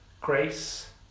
Grace